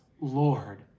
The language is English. Lord